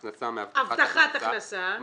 הכנסה מהבטחת הכנסה,